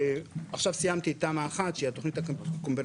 עכשיו סיימתי את תמ"א אחת שהיא התכנית הקומולטיבית,